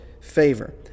favor